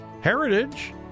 heritage